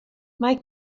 mae